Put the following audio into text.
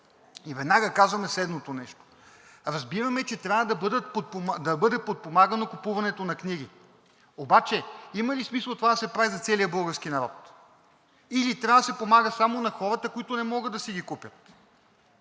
Веднага казваме следното нещо: разбираме, че трябва да бъде подпомагано купуването на книги, обаче има ли смисъл това да се прави за целия български народ, или трябва да се помага само на хората, които не могат да си ги купят?